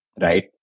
right